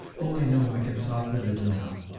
oh, i know, i can solve the riddle now.